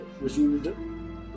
resumed